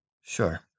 Sure